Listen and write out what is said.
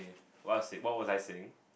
what say what was I saying